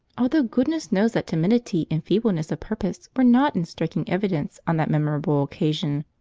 although goodness knows that timidity and feebleness of purpose were not in striking evidence on that memorable occasion.